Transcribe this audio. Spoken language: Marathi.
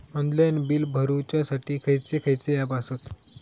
ऑनलाइन बिल भरुच्यासाठी खयचे खयचे ऍप आसत?